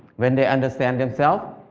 when they understand themselves,